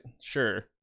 Sure